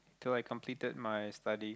so I completed my study